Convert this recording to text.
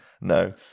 No